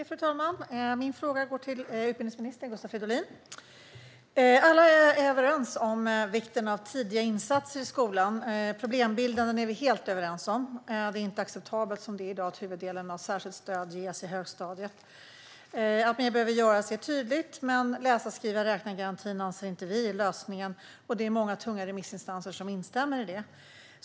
Fru talman! Min fråga går till utbildningsminister Gustav Fridolin. Alla är överens om vikten av tidiga insatser i skolan. Problembilden är vi helt överens om - det är inte acceptabelt som det är i dag, att huvuddelen av särskilt stöd ges i högstadiet. Att mer behöver göras är tydligt, men vi anser inte att läsa-skriva-räkna-garantin är lösningen. Det är många tunga remissinstanser som instämmer i det.